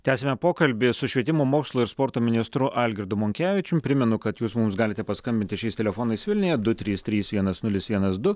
tęsiame pokalbį su švietimo mokslo ir sporto ministru algirdu monkevičium primenu kad jūs mums galite paskambinti šiais telefonais vilniuje du trys trys vienas nulis vienas du